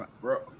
Bro